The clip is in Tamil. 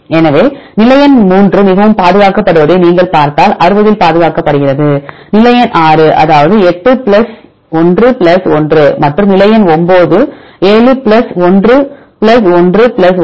எனவே நிலை எண் 3 மிகவும் பாதுகாக்கப்படுவதை நீங்கள் பார்த்தால் 60 பாதுகாக்கப்படுகிறது நிலை எண் 6 அதாவது 8 பிளஸ் 1 பிளஸ் 1 மற்றும் நிலை எண் 9 7 பிளஸ் 1 பிளஸ் 1 பிளஸ் 1